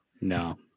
No